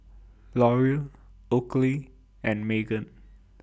L'Oreal Oakley and Megan